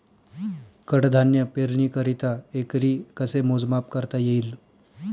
कडधान्य पेरणीकरिता एकरी कसे मोजमाप करता येईल?